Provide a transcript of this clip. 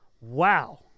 Wow